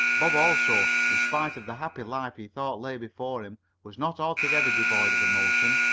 bob also, in spite of the happy life he thought lay before him, was not altogether devoid of emotion.